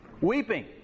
Weeping